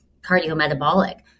cardiometabolic